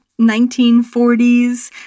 1940s